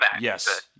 yes